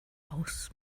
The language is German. aus